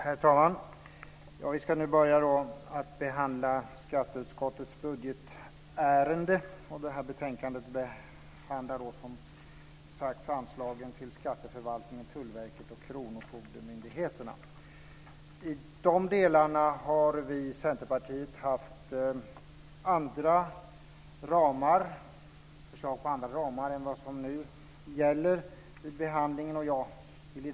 Herr talman! Vi ska nu börja behandla skatteutskottets budgetärenden. Det här betänkandet behandlar anslagen till skatteförvaltningen, Tullverket och kronofogdemyndigheterna. I dessa delar har vi i Centerpartiet föreslagit andra ramar än de som behandlingen nu gäller.